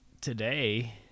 today